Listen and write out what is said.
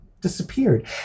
disappeared